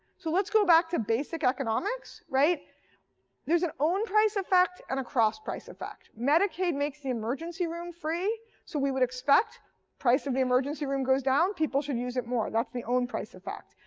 so let's go back to basic economics. there's an own price effect and a cross price effect. medicaid makes the emergency room free, so we would expect price of the emergency room goes down, people should use it more. that's the own price effect.